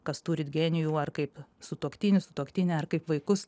kas turit genijų ar kaip sutuoktinį sutuoktinę ar kaip vaikus